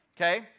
okay